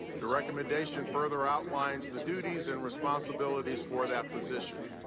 the recommendation further outlines the duties and responsibilities for that position.